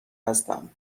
هستم